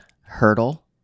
hurdle